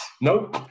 no